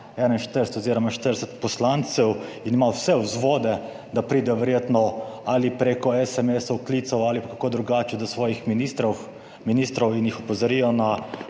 4 oziroma 40 poslancev in ima vse vzvode, da pride verjetno ali preko SMS u klicev ali pa kako drugače do svojih ministrov in jih opozorijo na